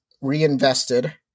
reinvested